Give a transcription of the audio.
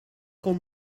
com